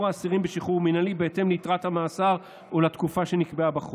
האסירים בשחרור מינהלי בהתאם ליתרת המאסר או לתקופה שנקבעה בחוק.